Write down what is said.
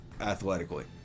athletically